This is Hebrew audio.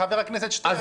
חבר הכנסת שטרן.